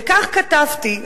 וכך כתבתי,